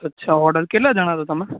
અચ્છા ઓર્ડર કેટલા જણા છો તમે